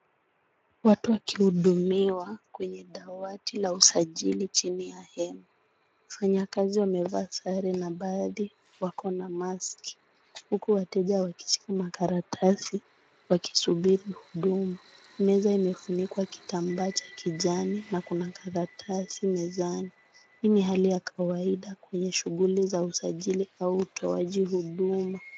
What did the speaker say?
Watu wakihudumiwa kwenye dawati la usajili chini ya hema. Mfanyikazi amevaa sare na baadhi wako na maski huko wateja wakishika makaratasi wakisubiri huduma. Meza imefunikwa kitambaa cha kijani na kuna karatasi mezani. Hii ni hali ya kawaida kwenye shughuli za usajili au utoaji Huduma.